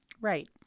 Right